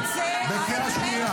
את בקריאה שנייה.